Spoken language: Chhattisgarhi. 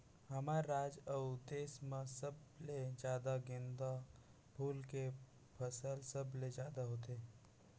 हमर राज अउ देस म सबले जादा गोंदा फूल के फसल सबले जादा होथे